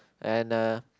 and uh